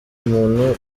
umuntu